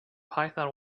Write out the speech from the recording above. python